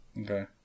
Okay